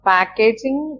Packaging